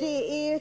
Det är